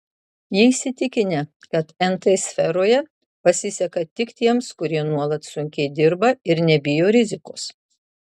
jie įsitikinę kad nt sferoje pasiseka tik tiems kurie nuolat sunkiai dirba ir nebijo rizikos